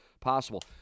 possible